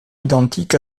identique